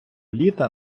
літа